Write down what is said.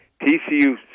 TCU